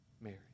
Mary